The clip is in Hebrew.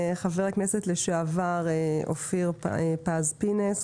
חבר הכנסת לשעבר אופיר פס פינס,